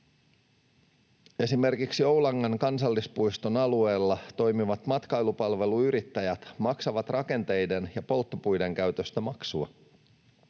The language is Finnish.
Esimerkiksi Oulangan kansallispuiston alueella toimivat matkailupalveluyrittäjät maksavat rakenteiden ja polttopuiden käytöstä maksua.